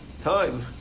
time